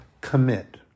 Commit